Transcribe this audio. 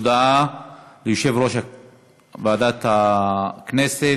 הודעה לחבר ועדת הכנסת